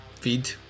feed